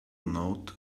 note